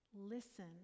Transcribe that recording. Listen